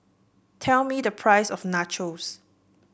tell me the price of Nachos